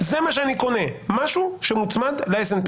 זה מה שאני קונה: משהו שמוצמד ל-S&P.